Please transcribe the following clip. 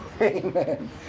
Amen